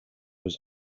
was